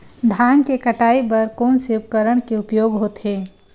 धान के कटाई बर कोन से उपकरण के उपयोग होथे?